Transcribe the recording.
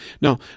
Now